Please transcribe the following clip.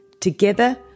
Together